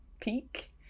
peak